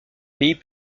pays